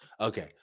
Okay